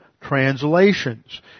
translations